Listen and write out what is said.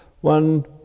one